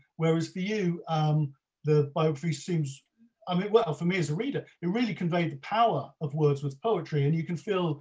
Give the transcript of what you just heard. whereas for you um the biography seems i mean well for me as a reader it really conveyed the power of words with poetry and you can feel